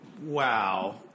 Wow